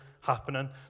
happening